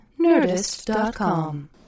Nerdist.com